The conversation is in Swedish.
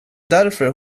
därför